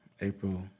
April